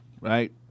right